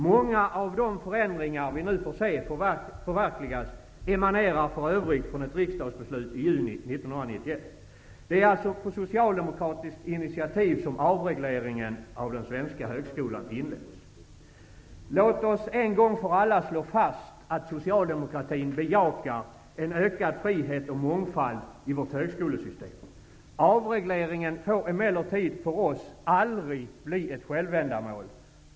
Många av de förändringar vi nu får se förverkligas emanerar för övrigt från ett riksdagsbeslut i juni 1991. Det är alltså på socialdemokratiskt initiativ som avregleringen av den svenska högskolan inletts. Låt oss en gång för alla slå fast att socialdemokratin bejakar en ökad frihet och mångfald i vårt högskolesystem. Avregleringen får emellertid för oss aldrig bli ett självändamål.